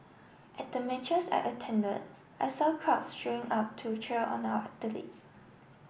at the matches I attended I saw crowds showing up to cheer on our athletes